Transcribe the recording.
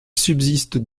subsiste